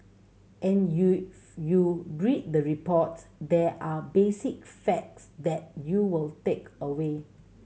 and you read the reports there are basic facts that you will take away